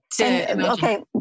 Okay